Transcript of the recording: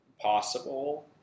possible